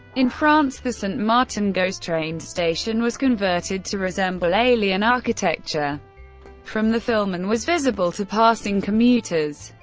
in france, the saint-martin ghost train station was converted to resemble alien architecture from the film, and was visible to passing commuters.